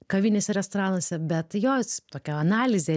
kavinėse restoranuose bet jo tokia analizė